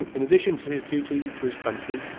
in addition to his duty to his country,